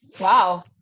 Wow